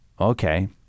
Okay